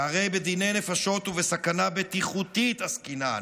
שהרי בדיני נפשות ובסכנה בטיחותית עסקינן.